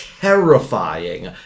terrifying